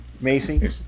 Macy